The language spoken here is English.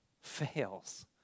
fails